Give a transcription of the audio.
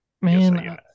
Man